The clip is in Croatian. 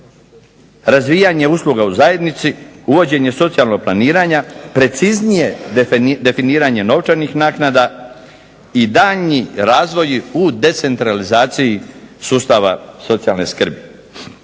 razvijanje usluga u zajednici, uvođenje socijalnog planiranja, preciznije definiranje novčanih naknada, i daljnji razvoji u decentralizaciji sustava socijalne skrbi.